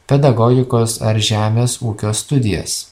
pedagogikos ar žemės ūkio studijas